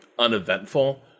uneventful